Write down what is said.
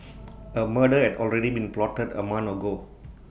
A murder had already been plotted A month ago